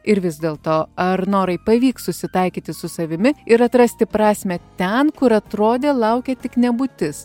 ir vis dėlto ar norai pavyks susitaikyti su savimi ir atrasti prasmę ten kur atrodė laukė tik nebūtis